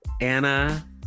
Anna